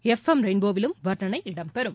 F M rainbow விலும் வர்ணனை இடம் பெறும்